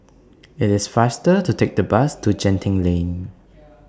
IT IS faster to Take The Bus to Genting Lane